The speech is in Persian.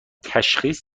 تشخیص